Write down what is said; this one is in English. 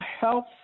health